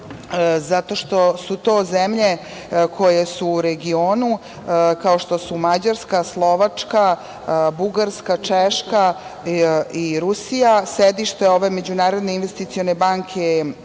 zato što su to zemlje koje su u regionu, kao što su Mađarska, Slovačka, Bugarska, Češka i Rusija. Sedište ove Međunarodne investicione banke